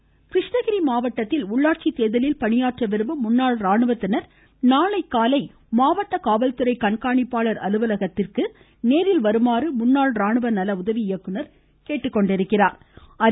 தேர்தல் இருவரி கிருஷ்ணகிரி மாவட்டத்தில் உள்ளாட்சி தேர்தலில் பணியாற்ற விரும்பும் முன்னாள் ராணுவத்தினர் நாளை காலை மாவட்ட காவல்துறை கண்காணிப்பாளர் அலுவலகத்திற்கு நேரில் வருமாறு முன்னாள் ராணுவ நல உதவி இயக்குநர் கேட்டுக்கொண்டிருக்கிறார்